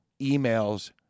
emails